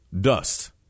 dust